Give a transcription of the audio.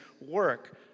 work